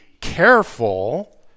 careful